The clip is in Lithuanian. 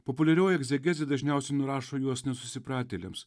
populiarioji egzegezė dažniausiai nurašo juos nesusipratėliams